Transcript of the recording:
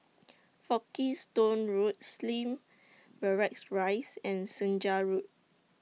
Folkestone Road Slim Barracks Rise and Senja Road